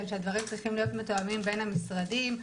שהדברים צריכים להיות מתואמים בין המשרדים.